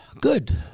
Good